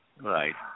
Right